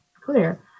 clear